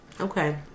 Okay